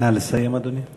נא לסיים, אדוני.